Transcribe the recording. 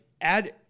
add